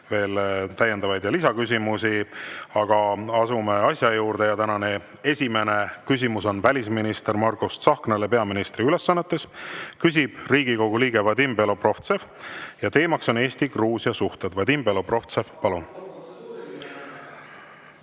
veel täiendavaid küsimusi. Aga asume asja juurde. Tänane esimene küsimus on välisminister Margus Tsahknale peaministri ülesannetes, küsib Riigikogu liige Vadim Belobrovtsev ja teema on Eesti-Gruusia suhted. Vadim Belobrovtsev, palun!